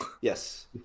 Yes